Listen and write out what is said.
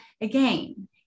again